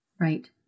Right